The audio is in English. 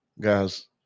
Guys